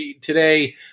today